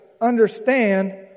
understand